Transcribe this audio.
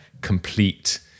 complete